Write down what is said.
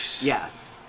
Yes